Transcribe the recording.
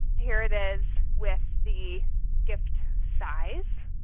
here it is with the gift size,